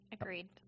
Agreed